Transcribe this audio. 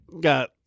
got